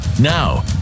Now